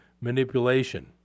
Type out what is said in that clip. manipulation